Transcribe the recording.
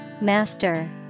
Master